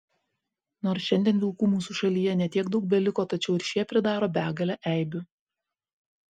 nors šiandien vilkų mūsų šalyje ne tiek daug beliko tačiau ir šie pridaro begalę eibių